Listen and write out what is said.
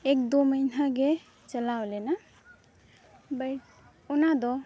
ᱮᱠᱼᱫᱳ ᱢᱟᱦᱤᱱᱟᱹᱜᱮ ᱪᱟᱞᱟᱣ ᱞᱮᱱᱟ ᱵᱟᱭ ᱚᱱᱟᱫᱚ